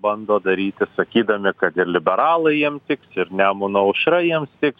bando daryti sakydami kad ir liberalai jiem tiks ir nemuno aušra jiems tiks